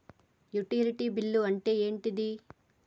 Utility bill అంటే ఏంటిది?